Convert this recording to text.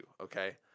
Okay